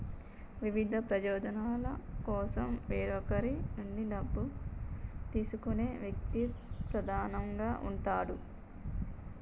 వివిధ ప్రయోజనాల కోసం వేరొకరి నుండి డబ్బు తీసుకునే వ్యక్తి ప్రధానంగా ఉంటాడు